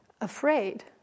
afraid